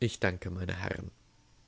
ich danke meine herren